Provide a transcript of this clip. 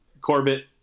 Corbett